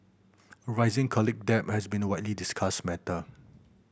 rising college debt has been a widely discussed matter